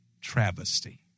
travesty